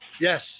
Yes